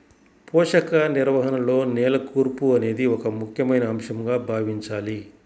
పోషక నిర్వహణలో నేల కూర్పు అనేది ఒక ముఖ్యమైన అంశంగా భావించాలి